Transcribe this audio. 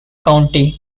county